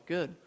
Good